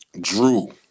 Drew